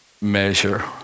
measure